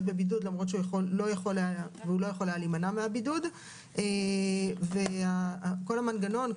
בבידוד ושהוא לא יכול היה להימנע מהבידוד וכל המנגנון,